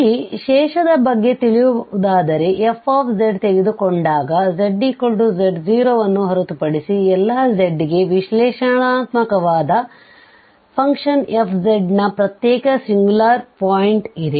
ಇಲ್ಲಿ ಶೇಷದ ಬಗ್ಗೆ ತಿಳಿಯುವುದಾದರೆ f ತೆಗೆದುಕೊಂಡಾಗ zz0 ಅನ್ನು ಹೊರತುಪಡಿಸಿ ಎಲ್ಲಾ z ಗೆ ವಿಶ್ಲೇಷಣಾತ್ಮಕವಾದ ಫಂಕ್ಷನ್ f ನ ಪ್ರತ್ಯೇಕ ಸಿಂಗ್ಯುಲಾರ್ ಪಾಯಿಂಟ್ ಇದೆ